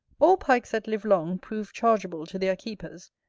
all pikes that live long prove chargeable to their keepers,